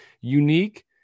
unique